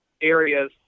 area's